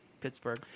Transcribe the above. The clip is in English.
Pittsburgh